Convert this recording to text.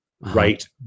right